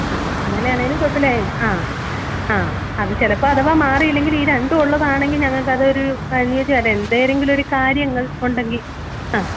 ആ അങ്ങനെയാണെങ്കിലും കുഴപ്പമില്ല ആ ആ അത് ചിലപ്പോൾ അഥവാ മാറിയില്ലെങ്കിൽ ഈ രണ്ടും ഉള്ളത് ആണെങ്കിൽ ഞങ്ങൾക്ക് അത് ഒരു എന്തെങ്കിലും ഒരു കാര്യങ്ങൾ ഉണ്ടെങ്കിൽ ആ